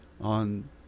On